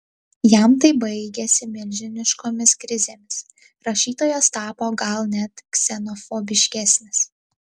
jam tai baigėsi milžiniškomis krizėmis rašytojas tapo gal net ksenofobiškesnis